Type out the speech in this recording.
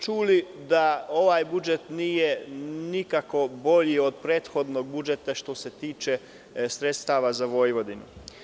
Čuli smo da ovaj budžet nije nikako bolji od prethodnog budžeta što se tiče sredstava za Vojvodinu.